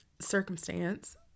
circumstance